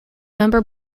member